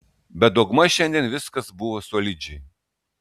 bet daugmaž šiandien viskas buvo solidžiai